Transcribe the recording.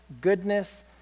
goodness